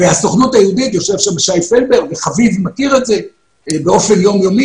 והסוכנות היהודית יושב שם שי פלבר וחביב מכיר את זה באופן יום-יומי,